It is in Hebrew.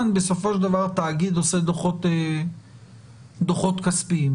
בסופו של דבר התאגיד עושה דוחות כספיים.